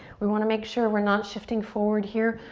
we want to make sure we're not shifting forward here,